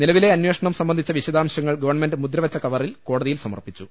നിലവിലെ അന്വേഷണം സംബന്ധിച്ച വിശദാംശങ്ങൾ ഗവൺമെന്റ് മുദ്ര വെച്ച കവറിൽ കോടതിയിൽ സമർപ്പിച്ചു